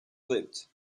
leapt